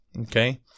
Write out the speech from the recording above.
Okay